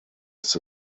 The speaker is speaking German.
ist